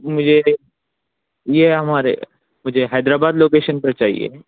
مجھے یہ ہمارے مجھے حیدرآباد لوکیشن پر چاہیے